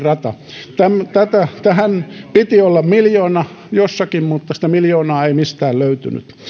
rata tähän piti olla miljoona jossakin mutta sitä miljoonaa ei mistään löytynyt